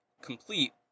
complete